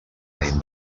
ànim